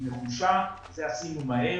ואת זה עשינו מהר.